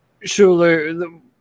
Sure